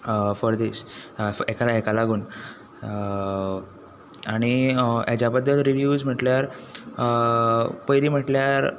for this फ हेक हेका हेका लागून आनी हेज्या बद्दल रिव्यूज म्हटल्यार पयली म्हटल्यार